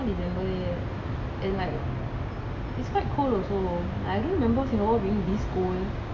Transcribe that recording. ya lah but it's not december yet and like it's quite cold also I don't remember singapore being this cold